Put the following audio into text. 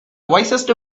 wisest